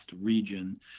Region